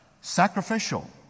Sacrificial